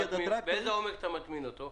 -- באיזה עומק אתה מטמין אותו?